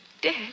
Dead